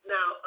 Now